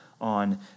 on